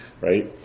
right